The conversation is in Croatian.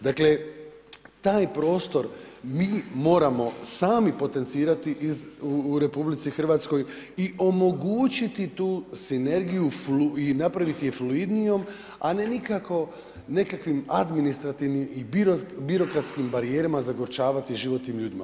Dakle, taj prostor mi moramo sami potencirati u RH i omogućiti tu sinergiju i napraviti je fluidnijom a ne nikako nekakvim administrativnim i birokratskim barijerama zagorčavati život tim ljudima.